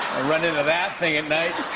i run into that thing at night.